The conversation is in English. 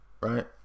right